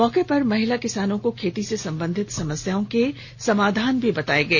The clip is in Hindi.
मौके पर महिला किसानों को खेती से सम्बंधित समस्याओं के समाधान भी बताए गए